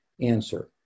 answer